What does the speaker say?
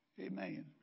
Amen